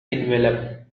envelope